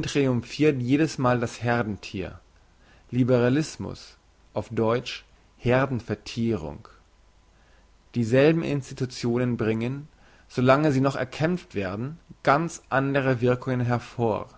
triumphirt jedesmal das heerdenthier liberalismus auf deutsch heerden verthierung dieselben institutionen bringen so lange sie noch erkämpft werden ganz andere wirkungen hervor